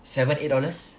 seven eight dollars